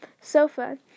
sofa